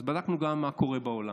אז בדקנו גם מה קורה בעולם.